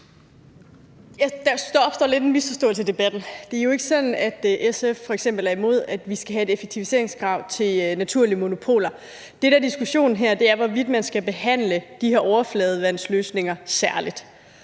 lidt opstået en misforståelse i debatten. Det er jo ikke sådan, at SF f.eks. er imod, at vi skal have et effektiviseringskrav til naturlige monopoler. Det, der er diskussionen her, er, hvorvidt man skal behandle de her overfladevandsløsninger særligt,